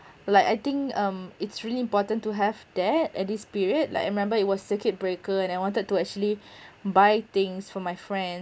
like I think um it's really important to have that at this period like I remember it was circuit breaker and I wanted to actually buy things from my friend